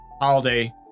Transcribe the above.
holiday